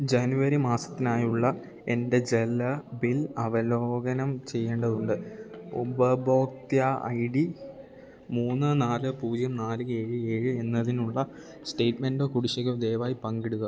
ജാനുവരി മാസത്തിനായുള്ള എൻ്റെ ജല ബിൽ അവലോകനം ചെയ്യേണ്ടതുണ്ട് ഉപഭോക്തൃ ഐ ഡി മൂന്ന് നാല് പൂജ്യം നാല് ഏഴ് ഏഴ് എന്നതിനുള്ള സ്റ്റേമെൻ്റോ കുടിശ്ശികയോ ദയവായി പങ്കിടുക